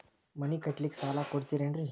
ಮನಿ ಕಟ್ಲಿಕ್ಕ ಸಾಲ ಕೊಡ್ತಾರೇನ್ರಿ?